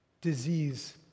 disease